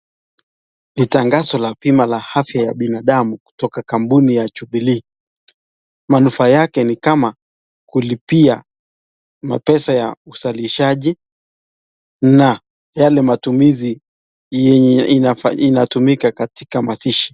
Ni tangazo la bima la afya ya binadamu kutoka kampuni ya Jubilee manufaa yake ni kama kulipia mapesa ya uzalishaji na yale matumizi yenye inatumika katika mazishi.